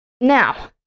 Now